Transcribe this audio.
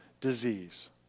disease